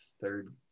third